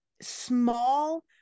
small